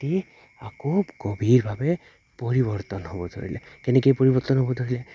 তি আকৌ গভীৰভাৱে পৰিৱৰ্তন হ'ব ধৰিলে কেনেকৈ পৰিৱৰ্তন হ'ব ধৰিলে